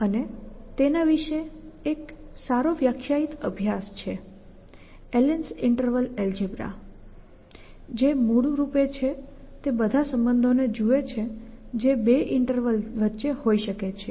અને તેના વિશે એક સારો વ્યાખ્યાયિત અભ્યાસ છે Allen's interval algebra allens interval algebra જે મૂળ રૂપે તે બધા સંબંધોને જુએ છે જે બે ઈન્ટરવલ વચ્ચે હોઈ શકે છે